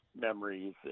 memories